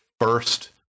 first